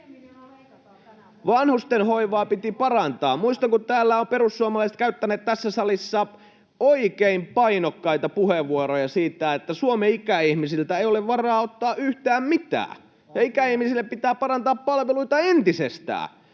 Vanhustenhoivaa piti parantaa. Muistan, kun täällä ovat perussuomalaiset käyttäneet tässä salissa oikein painokkaita puheenvuoroja siitä, että Suomen ikäihmisiltä ei ole varaa ottaa yhtään mitään ja ikäihmisille pitää parantaa palveluita entisestään,